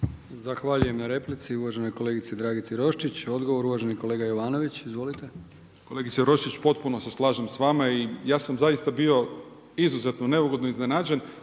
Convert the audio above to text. Zahvaljujem na replici uvaženoj kolegici Dragici Roščić. Odgovor, uvaženi kolega Jovanović. Izvolite. **Jovanović, Željko (SDP)** Kolegice Roščić potpuno se slažem s vama i ja sam zaista bio izuzetno neugodno iznenađen,